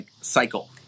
cycle